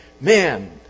man